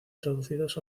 traducidos